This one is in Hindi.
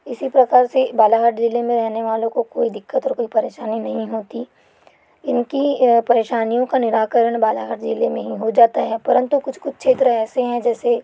इसी प्रकार से बालाघाट जिले में रहने वालों को कोई दिक्कत और कोई परेशानी नहीं होती इनकी परेशानियों का निराकरण बालाघाट ज़िले में ही हो जाता है परंतु कुछ कुछ क्षेत्र ऐसे हैं जैसे